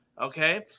Okay